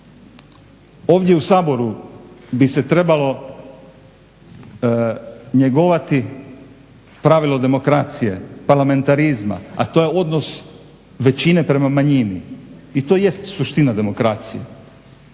ovdje u Saboru bi se trebalo njegovati pravilo demokracije, parlamentarizma, a to je odnos većine prema manjini i to jest suština demokracije.